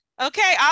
Okay